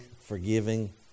forgiving